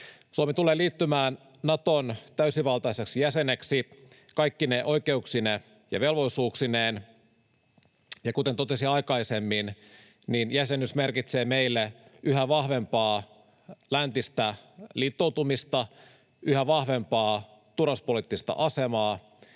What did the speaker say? Suomi tulee liittymään Naton täysivaltaiseksi jäseneksi kaikkine oikeuksineen ja velvollisuuksineen. Ja kuten totesin aikaisemmin, jäsenyys merkitsee meille yhä vahvempaa läntistä liittoutumista, yhä vahvempaa turvallisuuspoliittista asemaa